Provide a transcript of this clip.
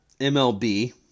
MLB